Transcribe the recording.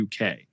UK